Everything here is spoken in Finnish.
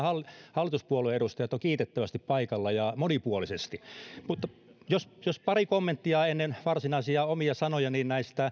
hallituspuolueiden edustajat ovat kiitettävästi paikalla ja monipuolisesti jos jos pari kommenttia ennen varsinaisia omia sanojani